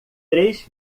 três